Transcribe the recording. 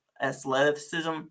athleticism